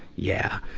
yeah.